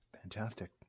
fantastic